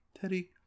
Teddy